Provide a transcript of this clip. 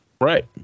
right